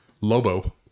Lobo